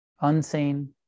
unseen